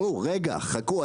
חכו.